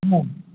नहीं